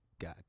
God